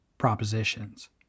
Propositions